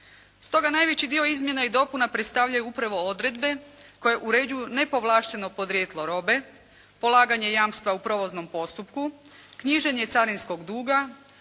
Stoga najveći dio izmjena i dopuna predstavljaju upravo odredbe koje uređuju nepovlašteno podrijetlo robe, polaganje jamstva u prolaznom postupku, knjiženje carinskog duga,